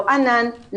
לא ענן,